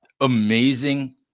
amazing